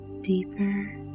deeper